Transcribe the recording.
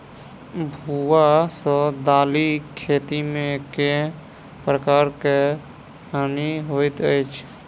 भुआ सँ दालि खेती मे केँ प्रकार केँ हानि होइ अछि?